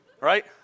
right